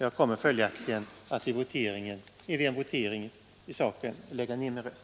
Jag kommer följaktligen att vid en votering i saken lägga ned min röst.